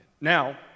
Now